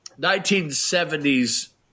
1970s